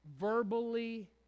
Verbally